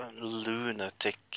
lunatic